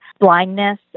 blindness